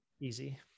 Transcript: Easy